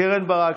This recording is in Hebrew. קרן ברק,